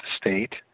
state